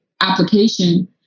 application